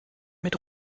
mit